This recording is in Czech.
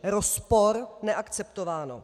Rozpor, neakceptováno.